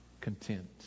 Content